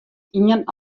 ien